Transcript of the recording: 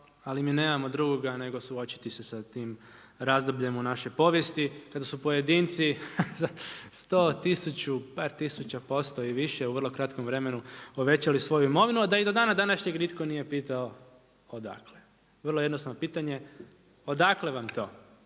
ali mi nemamo drugoga nego suočiti se sa tim razdobljem u našoj povijesti kada su pojedinci za 100, 1000, par tisuća posto i više u vrlo kratkom vremenu povećali svoju imovinu a da ih do dana današnjeg nitko nije pitao odakle. Vrlo jednostavno pitanje odakle vam to?